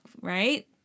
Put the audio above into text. right